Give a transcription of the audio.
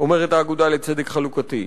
אומרת "האגודה לצדק חלוקתי":